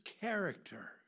character